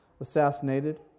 assassinated